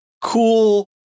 cool